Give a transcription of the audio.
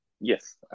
Yes